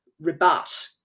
rebut